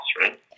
right